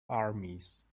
armies